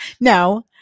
No